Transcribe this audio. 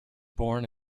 born